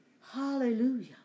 Hallelujah